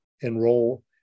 enroll